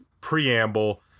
preamble